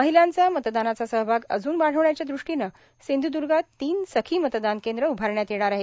महिलांचा मतदानाचा सहभाग अजून वाढविण्याच्यादृष्टीने सिंधूदर्गात तीन सखी मतदान केंद्र उभारण्यात येणार आहेत